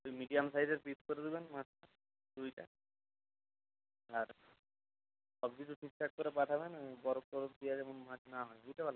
আর medium সাইজের piece করে দেবেন মাছটা রুইটা আর সব কিছু ঠিকঠাক করে পাঠাবেন ওই বরফ টরফ দেওয়া যেমন মাছ না হয় বুঝতে পারলেন